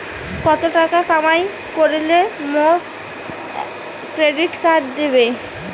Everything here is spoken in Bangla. কত টাকা কামাই করিলে মোক ক্রেডিট কার্ড দিবে?